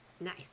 Nice